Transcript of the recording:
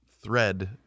Thread